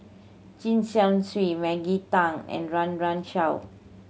Chen Chong Swee Maggie Teng and Run Run Shaw